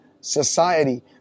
society